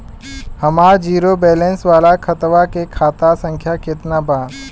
हमार zero balance वाला खतवा के खाता संख्या केतना बा?